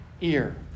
ear